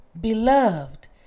Beloved